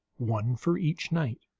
one for each night,